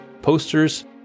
posters